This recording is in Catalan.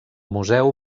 museu